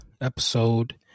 Episode